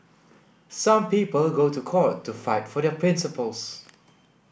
some people go to court to fight for their principles